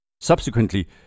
Subsequently